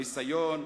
הניסיון,